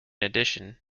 addition